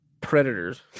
predators